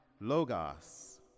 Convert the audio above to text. Logos